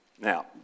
Now